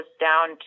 down